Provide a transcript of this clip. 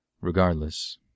Regardless